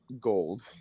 gold